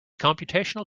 computational